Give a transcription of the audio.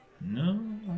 No